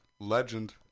Legend